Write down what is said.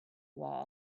wall